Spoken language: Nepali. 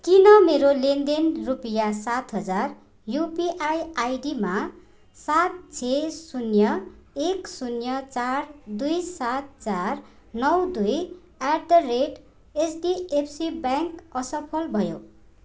किन मेरो लेनदेन रुपियाँ सात हजार युपिआइआइडीमा सात छ शून्य एक शून्य चार दुई सात चार नौ दुई at the rate HDFC bank असफल भयो